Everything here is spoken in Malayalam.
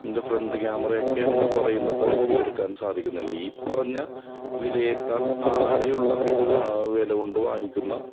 ഇതിൻ്റെ ഫ്രണ്ട് ക്യാമറയൊക്കെ നിങ്ങൾ പറയുന്ന ക്വാളിറ്റിയിലെടുക്കാൻ സാധിക്കുന്നില്ല ഈ പറഞ്ഞ വിലയേക്കാൾ താഴെയുള്ള വില കൊണ്ട് വാങ്ങിക്കുന്ന